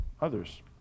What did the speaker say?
others